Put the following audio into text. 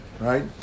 right